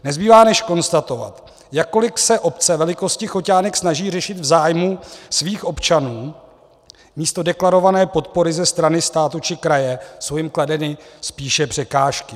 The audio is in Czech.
Nezbývá než konstatovat, jakkoli se obce velikosti Choťánek snaží řešit v zájmu svých občanů, místo deklarované podpory ze strany státu či kraje jsou jim kladeny spíše překážky.